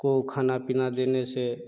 को खाना पीना देने से